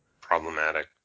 Problematic